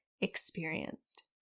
experienced